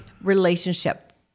relationship